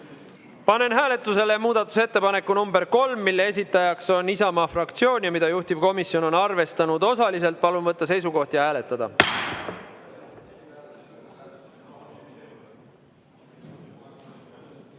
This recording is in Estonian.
Panen hääletusele muudatusettepaneku nr 4, mille esitaja on Isamaa fraktsioon ja mida juhtivkomisjon on arvestanud täielikult. Palun võtta seisukoht ja hääletada!